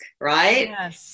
right